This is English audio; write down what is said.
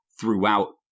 throughout